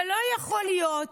ולא יכול להיות,